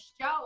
show